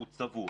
הוקצה